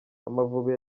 amavubi